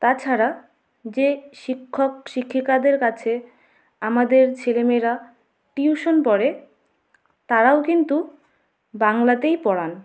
তাছাড়া যে শিক্ষক শিক্ষিকাদের কাছে আমাদের ছেলে মেয়েরা টিউশন পড়ে তারাও কিন্তু বাংলাতেই পড়ান